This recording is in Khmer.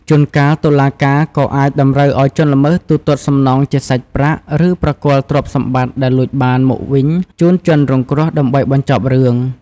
ជួនកាលតុលាការក៏អាចតម្រូវឲ្យជនល្មើសទូទាត់សំណងជាសាច់ប្រាក់ ឬប្រគល់ទ្រព្យសម្បត្តិដែលលួចបានមកវិញជូនជនរងគ្រោះ ដើម្បីបញ្ចប់រឿង។